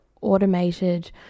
automated